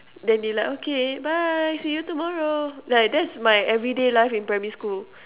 then they like okay bye see you tomorrow like that's my everyday life in primary school